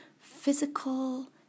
physical